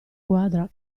quadra